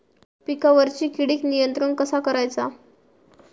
पिकावरची किडीक नियंत्रण कसा करायचा?